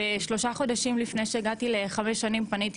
ושלושה חודשים לפני שהגעתי לחמש שנים פניתי